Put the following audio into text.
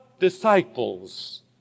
disciples